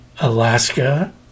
alaska